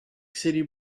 city